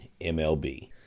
MLB